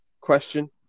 question